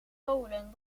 polen